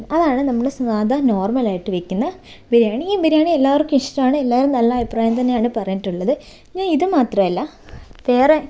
അതാണ് നമ്മൾ സാദാ നോർമ്മൽ ആയിട്ട് വയ്ക്കുന്ന ബിരിയാണി ഈ ബിരിയാണി എല്ലാവർക്കും ഇഷ്ടമാണ് എല്ലാവരും നല്ല അഭിപ്രായം തന്നെയാണ് പറഞ്ഞിട്ടുള്ളത് ഇനി ഇത് മാത്രമല്ല വേറെ